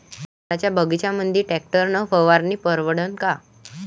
संत्र्याच्या बगीच्यामंदी टॅक्टर न फवारनी परवडन का?